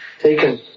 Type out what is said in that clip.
taken